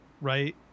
Right